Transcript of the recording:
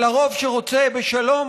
על הרוב שרוצה בשלום,